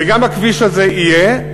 וגם הכביש הזה יהיה,